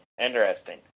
interesting